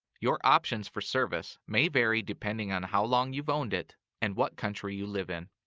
your options for service may vary depending on how long you've owned it and what country you live in.